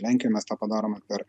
lenkijoj mes tą padarome per